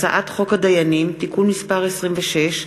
הצעת חוק הדיינים (תיקון מס' 26),